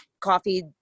coffee